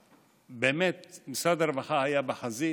באמת, משרד הרווחה היה בחזית.